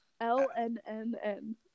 L-N-N-N